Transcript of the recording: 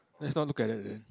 let's not look at that then